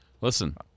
listen